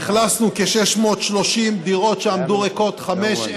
אכלסנו כ-630 דירות שעמדו ריקות חמש,